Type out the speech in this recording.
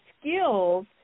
skills